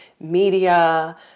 media